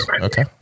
Okay